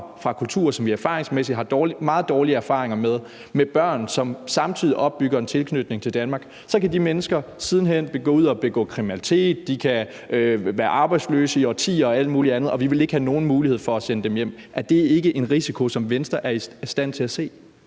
fra kulturer, som vi erfaringsmæssigt har meget dårlige erfaringer med, med børn, som samtidig opbygger en tilknytning til Danmark, kan de mennesker siden hen gå ud at begå kriminalitet, de kan være arbejdsløse i årtier og alt muligt andet, og vi vil ikke have nogen mulighed for at sende dem hjem. Er det ikke en risiko, som Venstre er i stand til at se?